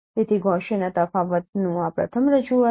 તેથી ગૌસીયનના તફાવતનું આ પ્રથમ રજૂઆત છે